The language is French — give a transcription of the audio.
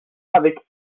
avec